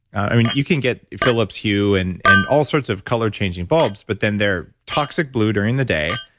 i mean, you can get philips hue and and all sorts of color changing bulbs, but then they're toxic blue during the day